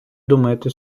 думаєте